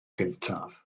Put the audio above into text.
gyntaf